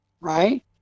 right